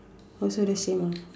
also the same ah